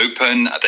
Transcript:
open